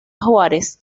juárez